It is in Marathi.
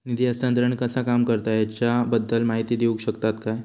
निधी हस्तांतरण कसा काम करता ह्याच्या बद्दल माहिती दिउक शकतात काय?